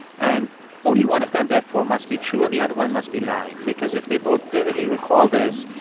and only one of them, therefore, must be true and the other one must be lying because if they both vividly recall this,